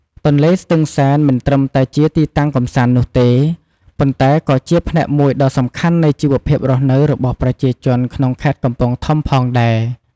ទន្លេស្ទឹងសែនមិនត្រឹមតែជាទីតាំងកម្សាន្តនោះទេ ប៉ុន្តែក៏ជាផ្នែកមួយដ៏សំខាន់នៃជីវភាពរស់នៅរបស់ប្រជាជនក្នុងខេត្តកំពង់ធំផងដែរ។